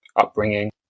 upbringing